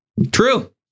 True